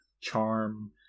charm